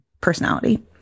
personality